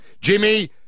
Jimmy